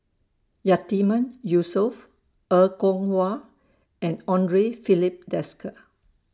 Yatiman Yusof Er Kwong Wah and Andre Filipe Desker